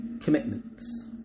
commitments